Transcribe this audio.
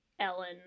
ellen